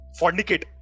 fornicate